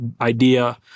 idea